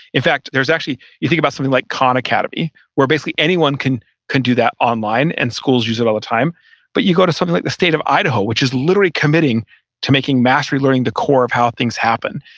in fact, there's actually, you think about something like khan academy where basically anyone can can do that online and schools use it all the time but you go to something like the state of idaho, which is literally committing to making mastery learning the core of how things happen.